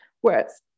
whereas